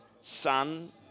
son